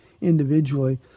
individually